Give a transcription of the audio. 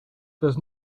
does